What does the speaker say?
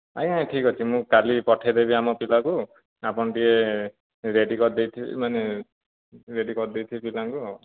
ନାହିଁ ନାହିଁ ଠିକ୍ଅଛି ମୁଁ କାଲି ପଠାଇଦେବି ଆମ ପିଲାକୁ ଆପଣ ଟିକିଏ ରେଡ଼ି କରି ଦେଇଥିବେ ମାନେ ରେଡ଼ି କରି ଦେଇଥିବେ ପିଲାଙ୍କୁ ଆଉ